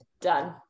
done